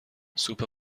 سوپ